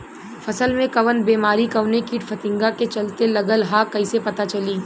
फसल में कवन बेमारी कवने कीट फतिंगा के चलते लगल ह कइसे पता चली?